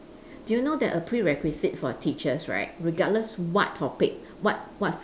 do you know that a prerequisite for teachers right regardless what topic what what